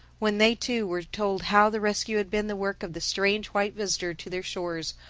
when they too were told how the rescue had been the work of the strange white visitor to their shores,